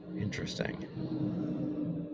Interesting